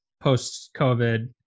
post-covid